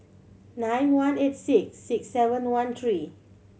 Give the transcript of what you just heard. nine one eight six six seven one three